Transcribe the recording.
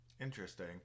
Interesting